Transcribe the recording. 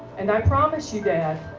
and i promise you, dad,